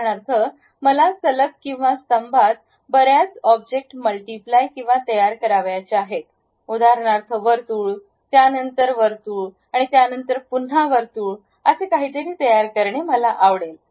उदाहरणार्थ मला सलग किंवा स्तंभात बऱ्याच ऑब्जेक्ट मल्टिप्लाय किंवा तयार करायची आहेत उदाहरणार्थ वर्तुळ त्यानंतर वर्तुळ आणि त्यानंतर पुन्हा वर्तुळ असे काहीतरी तयार करणे मला आवडेल